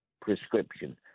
prescription